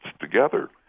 together